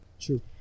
true